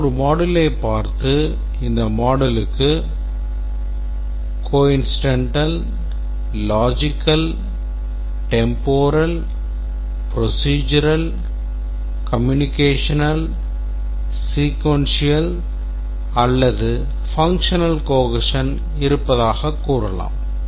நாம் ஒரு moduleயைப் பார்த்து இந்த moduleக்கு coincidental logical temporal procedural communicational sequential அல்லது functional cohesion இருப்பதாகக் கூறலாம்